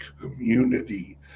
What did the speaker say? community